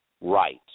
right